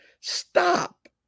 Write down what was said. Stop